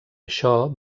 això